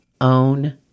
own